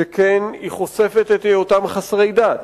שכן היא חושפת את היותם חסרי דת.